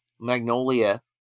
Magnolia